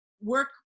work